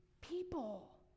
people